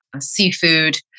seafood